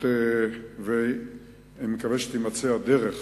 אני מקווה שתימצא הדרך,